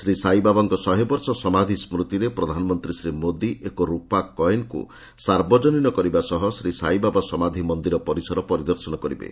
ଶ୍ରୀ ସାଇବାବାଙ୍କ ଶହେବର୍ଷ ସମାଧି ସ୍କୁତିରେ ପ୍ରଧାନମନ୍ତ୍ରୀ ଶ୍ରୀ ମୋଦି ଏକ ରୂପା କଏନ୍କୁ ସାର୍ବଜନୀନ କରିବା ସହ ଶ୍ରୀ ସାଇବାବା ସମାଧି ମନ୍ଦିର ପରିସର ପରିଦର୍ଶନ କରିବେ